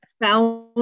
found